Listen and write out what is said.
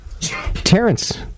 Terrence